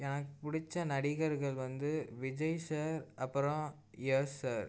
எனக்கு பிடிச்ச நடிகர்கள் வந்து விஜய் சார் அப்புறம் யாசர்